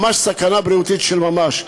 סכנה בריאותית של ממש.